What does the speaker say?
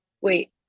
wait